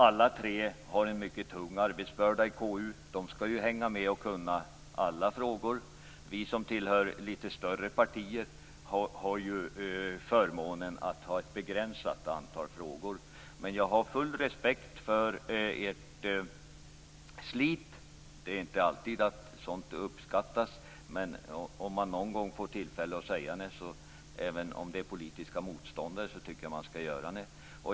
Alla tre har en mycket tung arbetsbörda i KU; de skall ju hänga med i och kunna alla frågor. Vi som tillhör större partier har ju förmånen att arbeta med ett begränsat antal frågor. Jag har full respekt för deras slit. Det är inte alltid som sådant uppskattas, men om man någon gång får tillfälle att säga det även till politiska motståndare skall man göra det.